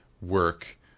work